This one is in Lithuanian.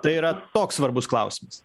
tai yra toks svarbus klausimas